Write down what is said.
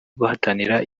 guhatanira